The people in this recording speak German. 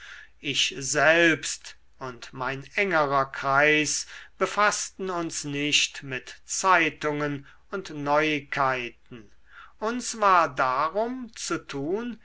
ich selbst und mein engerer kreis befaßten uns nicht mit zeitungen und neuigkeiten uns war darum zu tun